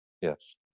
Yes